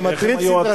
אתה מטריד סדרתי.